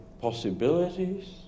possibilities